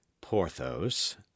porthos